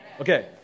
Okay